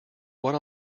what